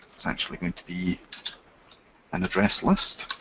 it's actually going to be an address list.